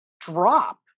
drop